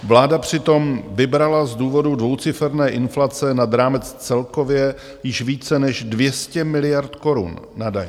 Vláda přitom vybrala z důvodu dvouciferné inflace nad rámec celkově již více než 200 miliard korun na daních.